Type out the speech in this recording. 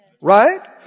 Right